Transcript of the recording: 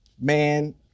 Man